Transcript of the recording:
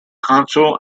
council